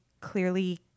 clearly